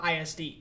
ISD